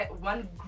One